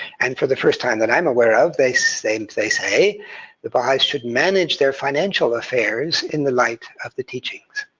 and for the first time that i'm aware of, they say they say the baha'is should manage their financial affairs in the light of the teachings.